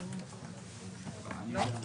נעלתי.